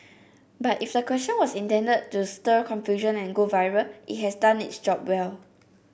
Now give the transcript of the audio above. but if the question was intended to stir confusion and go viral it has done its job well